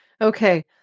Okay